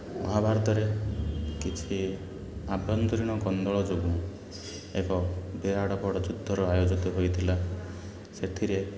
ମହାଭାରତରେ କିଛି ଆଭ୍ୟନ୍ତରୀଣ ଗଣ୍ଡଗୋଳ ଯୋଗୁଁ ଏକ ବିରାଟ ବଡ଼ ଯୁଦ୍ଧର ଆୟୋଜିତ ହୋଇଥିଲା ସେଥିରେ